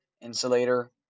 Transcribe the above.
Insulator